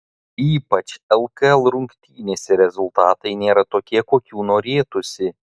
ypač lkl rungtynėse rezultatai nėra tokie kokių norėtųsi